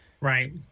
Right